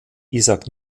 isaac